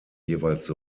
jeweils